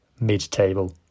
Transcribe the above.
mid-table